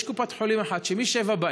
יש קופת חולים אחת שמ-19:00,